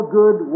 good